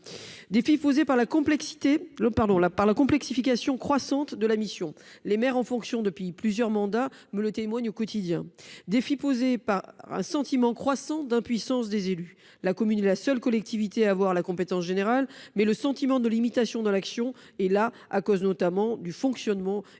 défis posés par la complexification croissante de la mission de maire, comme ceux qui exercent leurs fonctions depuis plusieurs mandats m'en offrent un témoignage quotidien ; défis posés par un sentiment croissant d'impuissance des élus- la commune est la seule collectivité à avoir la compétence générale, mais le sentiment de limitation dans l'action est réel, à cause notamment du fonctionnement et